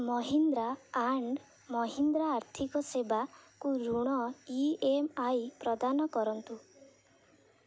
Mahindra and Mahindra ଆର୍ଥିକ ସେବାକୁ ଋଣ ଇ ଏମ୍ ଆଇ ପ୍ରଦାନ କରନ୍ତୁ